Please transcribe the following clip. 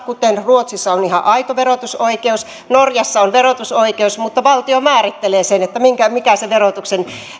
kuten ruotsissa on ihan aito verotusoikeus norjassa on verotusoikeus mutta valtio määrittelee mikä se verotuksen